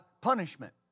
punishment